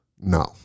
No